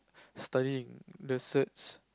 studying the certs